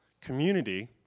community